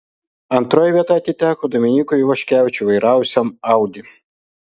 antroji vieta atiteko dominykui ivoškevičiui vairavusiam audi